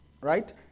Right